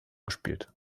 gespielt